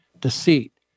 deceit